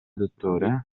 dottore